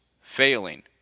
failing